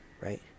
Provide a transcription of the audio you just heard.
Right